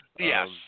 Yes